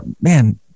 man